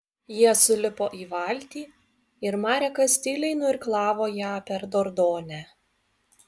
jie sulipo į valtį ir marekas tyliai nuirklavo ją per dordonę